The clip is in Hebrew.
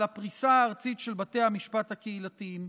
הפריסה הארצית של בתי המשפט הקהילתיים.